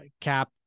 cap